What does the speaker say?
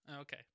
Okay